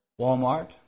Walmart